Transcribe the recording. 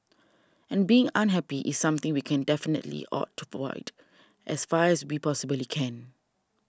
and being unhappy is something we can definitely ought to avoid as far as we possibly can